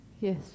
Yes